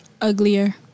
Uglier